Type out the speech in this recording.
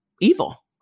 evil